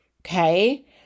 okay